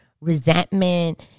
resentment